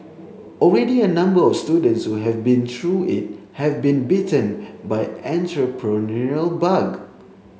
already a number of students who have been through it have been bitten by entrepreneurial bug